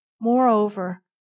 Moreover